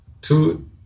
two